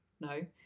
No